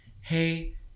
hey